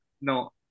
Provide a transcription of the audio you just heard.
No